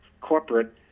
corporate